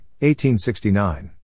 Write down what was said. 1869